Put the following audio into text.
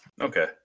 okay